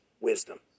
wisdom